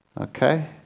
Okay